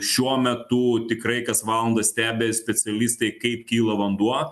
šiuo metu tikrai kas valandą stebi specialistai kaip kilo vanduo